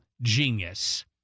genius